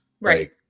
Right